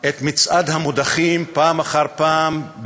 את מצעד המודחים פעם אחר פעם,